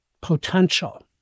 potential